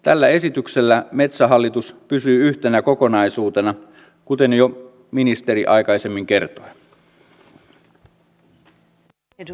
tällä esityksellä metsähallitus pysyy yhtenä kokonaisuutena kuten jo ministeri aikaisemmin kertoi